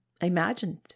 imagined